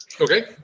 Okay